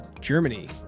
Germany